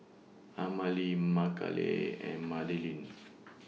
Amalie Makala and Madalynn